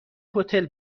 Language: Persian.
هتل